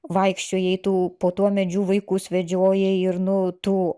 vaikščiojai tu po tuo medžiu vaikus vedžiojai ir nu tu